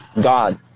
God